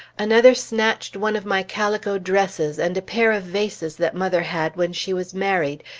another snatched one of my calico dresses, and a pair of vases that mother had when she was married,